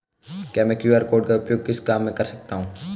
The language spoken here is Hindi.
मैं क्यू.आर कोड का उपयोग किस काम में कर सकता हूं?